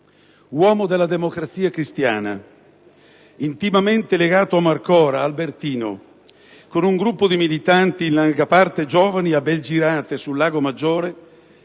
Uomo della Democrazia Cristiana, intimamente legato a Marcora, con un gruppo di militanti in larga parte giovani, a Belgirate, sul lago Maggiore,